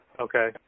Okay